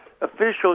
officials